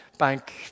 Bank